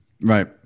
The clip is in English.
Right